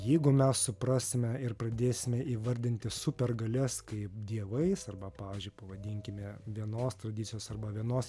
jeigu mes suprasime ir pradėsime įvardinti supergalias kaip dievais arba pavyzdžiui pavadinkime vienos tradicijos arba vienos